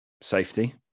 safety